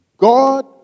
God